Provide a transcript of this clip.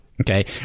Okay